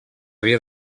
havia